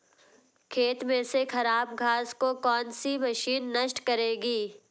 खेत में से खराब घास को कौन सी मशीन नष्ट करेगी?